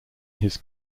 his